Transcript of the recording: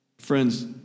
Friends